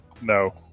no